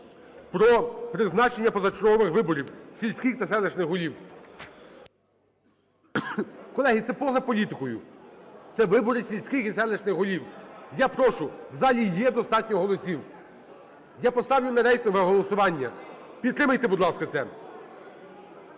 про призначення позачергових виборів сільських та селищних голів. Колеги, це поза політикою – це вибори сільських і селищних голів. Я прошу, в залі є достатньо голосів, я поставлю на рейтингове голосування, підтримайте, будь ласка, це.